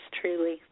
truly